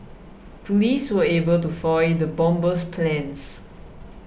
police were able to foil the bomber's plans